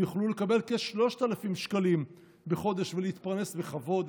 הם יוכלו לקבל כ-3,000 שקלים בחודש ולהתפרנס בכבוד.